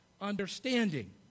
understanding